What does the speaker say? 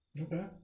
okay